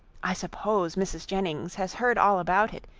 i suppose mrs. jennings has heard all about it.